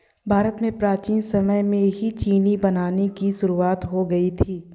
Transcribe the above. भारत में प्राचीन समय में ही चीनी बनाने की शुरुआत हो गयी थी